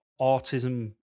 autism